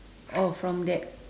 oh from that